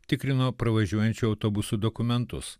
tikrino pravažiuojančių autobusų dokumentus